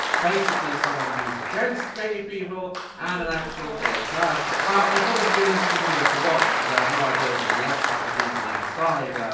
basically someone who's against gay people and an actual gay person. i thought this would be an interesting video to watch because i have no idea what the reactions will be from either side,